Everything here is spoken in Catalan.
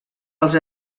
els